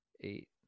eight